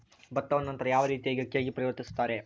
ಭತ್ತವನ್ನ ನಂತರ ಯಾವ ರೇತಿಯಾಗಿ ಅಕ್ಕಿಯಾಗಿ ಪರಿವರ್ತಿಸುತ್ತಾರೆ?